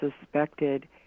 suspected